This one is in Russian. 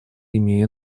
имея